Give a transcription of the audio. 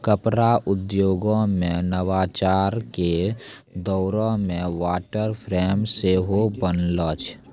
कपड़ा उद्योगो मे नवाचार के दौरो मे वाटर फ्रेम सेहो बनलै